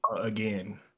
again